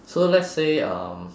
so let's say um